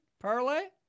parlay